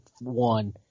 one